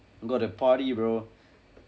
got to party bro